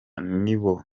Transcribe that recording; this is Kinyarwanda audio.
nibo